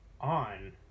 on